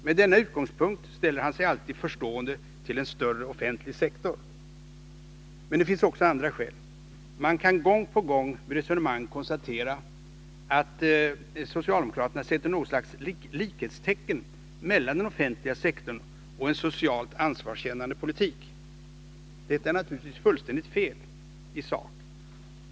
Med denna utgångspunkt ställer han sig alltid förstående till en större offentlig sektor. Men det finns också andra skäl. Man kan gång på gång vid resonemang konstatera att socialdemokraterna sätter något slags likhetstecken mellan den offentliga sektorn och en socialt ansvarskännande politik. Detta är naturligtvis fullständigt fel i sak.